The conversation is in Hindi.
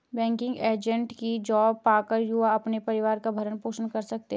बैंकिंग एजेंट की जॉब पाकर युवा अपने परिवार का भरण पोषण कर रहे है